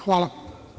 Hvala.